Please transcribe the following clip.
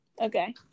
Okay